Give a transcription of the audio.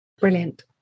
Brilliant